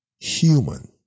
human